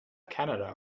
canada